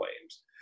claims